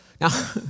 Now